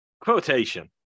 Quotation